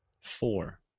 Four